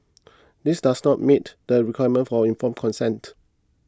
this does not meet the requirement for informed consent